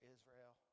Israel